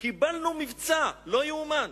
קיבלנו מבצע, לא יאומן.